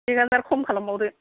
एक हाजार खम खालामबावदो